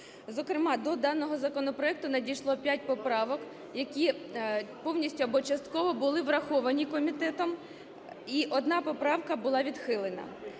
Зокрема, до даного законопроекту надійшло п'ять поправок, які повністю або частково були враховані комітетом і одна поправка була відхилена.